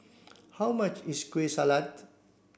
how much is Kueh Salat